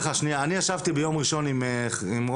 נעשה את זה גם מול האיגודים,